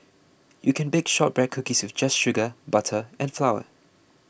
you can bake Shortbread Cookies just with sugar butter and flour